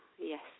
Yes